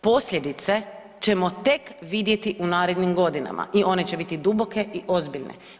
Posljedice ćemo tek vidjeti u narednim godinama i one će biti duboke i ozbiljne.